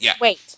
wait